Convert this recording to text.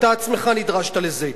אתה עצמך נדרשת לזה,